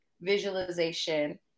visualization